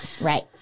Right